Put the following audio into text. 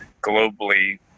globally